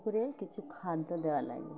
পুকুরে কিছু খাদ্য দেওয়া লাগে